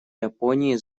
японии